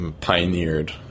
pioneered